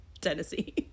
Tennessee